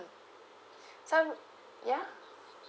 mm some ya